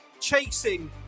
chasing